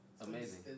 amazing